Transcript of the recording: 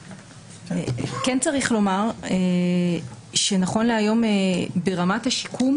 כן צריך לומר שנכון להיום ברמת השיקום,